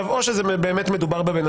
אולי באמת מדובר בבן